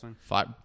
five